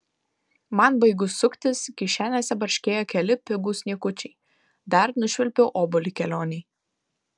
man baigus suktis kišenėse barškėjo keli pigūs niekučiai dar nušvilpiau obuolį kelionei